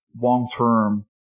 long-term